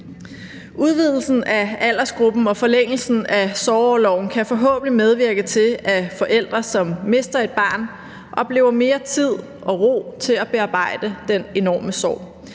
Udvidelsen af aldersgruppen og forlængelsen af orloven kan forhåbentlig medvirke til, at forældre, som mister et barn, oplever at have mere tid og ro til at bearbejde den enorme sorg.